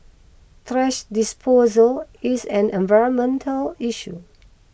thrash disposal is an environmental issue